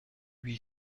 huit